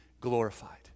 glorified